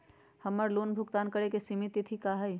हमर लोन भुगतान करे के सिमित तिथि का हई?